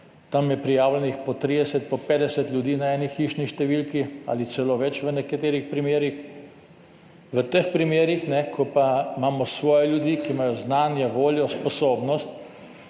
tam je prijavljenih po 30, po 50 ljudi na eni hišni številki ali celo več v nekaterih primerih. V teh primerih, ko pa imamo svoje ljudi, ki imajo znanje, voljo, sposobnost,